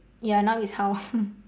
ya now is how